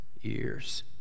years